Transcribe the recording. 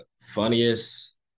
funniest